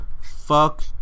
fuck